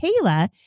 Kayla